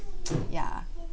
ya